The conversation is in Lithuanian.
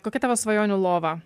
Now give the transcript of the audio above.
kokia tavo svajonių lova